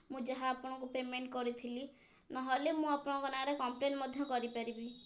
ମୁଁ ଯାହା ଆପଣଙ୍କୁ ପେମେଣ୍ଟ୍ କରିଥିଲି ନହେଲେ ମୁଁ ଆପଣଙ୍କ ନାଁରେ କମ୍ପ୍ଲେନ୍ ମଧ୍ୟ କରିପାରିବି